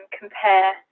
compare